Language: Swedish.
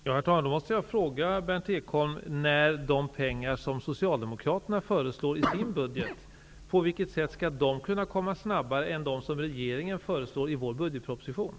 Herr talman! Jag måste fråga Berndt Ekholm på vilket sätt de pengar som Socialdemokraterna anslår i sin budget kan komma fram snabbare jämfört med de medel som regeringen föreslår i budgetpropositionen.